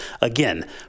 Again